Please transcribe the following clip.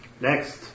Next